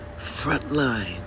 Frontline